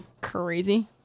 crazy